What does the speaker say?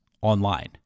online